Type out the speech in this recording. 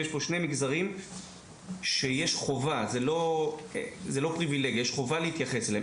יש פה שני מגזרים שיש חובה להתייחס אליהם.